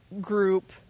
group